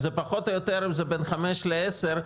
-- בין חמש ל-10,